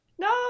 No